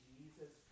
Jesus